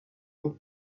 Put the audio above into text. les